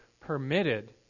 permitted